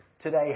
today